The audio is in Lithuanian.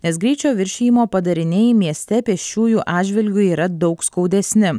nes greičio viršijimo padariniai mieste pėsčiųjų atžvilgiu yra daug skaudesni